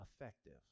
effective